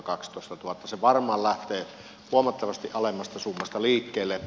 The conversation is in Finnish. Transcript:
se varmaan lähtee huomattavasti alemmasta summasta liikkeelle